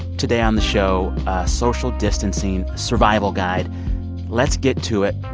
today on the show, a social distancing survival guide let's get to it.